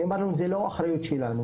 נאמר לנו זה לא אחריות שלנו.